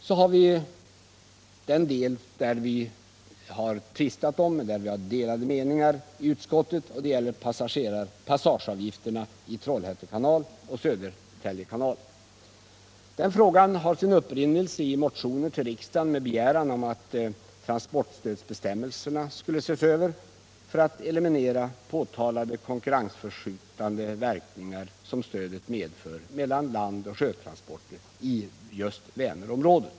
Så har vi den del där vi i utskottet har delade meningar, och det gäller passageavgifterna i Trollhätte kanal och Södertälje kanal. Frågan har sin upprinnelse i motioner till riksdagen med begäran om översyn av transportstödsbestämmelserna för att eliminera påtalade konkurrensförskjutande verkningar som stödet medför mellan landoch sjötransporter i Vänerområdet.